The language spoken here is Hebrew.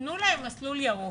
תנו להם מסלול ירוק.